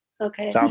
Okay